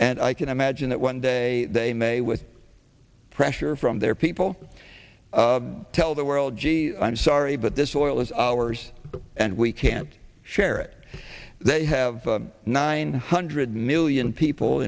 and i can imagine that one day they may with pressure from their people tell the world gee i'm sorry but this oil is ours and we can't share it they have nine hundred million people